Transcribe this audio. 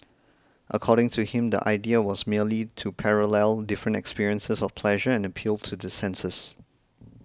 according to him the idea was merely to parallel different experiences of pleasure and appeal to the senses